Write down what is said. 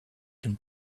can